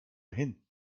hin